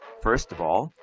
first of all,